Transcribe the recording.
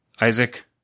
Isaac